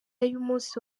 y’umunsi